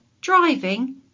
driving